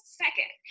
second